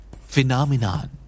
Phenomenon